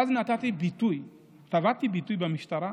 ואז טבעתי ביטוי במשטרה,